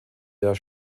der